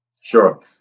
Sure